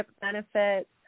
benefits